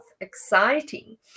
exciting